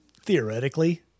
Theoretically